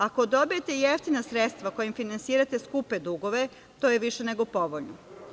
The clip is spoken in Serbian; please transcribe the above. Ako dobijete jeftina sredstva kojim finansirate skupe dugove, to je više nego povoljno.